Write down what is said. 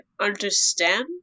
understand